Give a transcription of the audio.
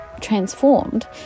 transformed